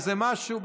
איזה משהו,